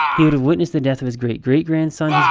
he sort of witnessed the death of his great-great-grandson, yeah